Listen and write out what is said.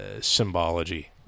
symbology